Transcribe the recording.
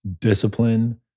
discipline